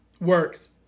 Works